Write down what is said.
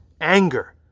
anger